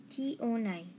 T09